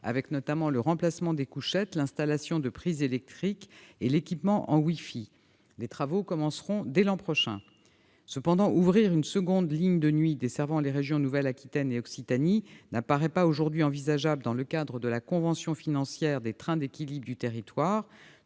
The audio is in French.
avec notamment le remplacement des couchettes, l'installation de prises électriques et l'équipement en Wi-Fi. Les travaux commenceront dès l'an prochain. Néanmoins, ouvrir une seconde ligne de nuit desservant les régions Nouvelle-Aquitaine et Occitanie ne paraît pas envisageable aujourd'hui dans le cadre de la convention financière des trains d'équilibre du territoire.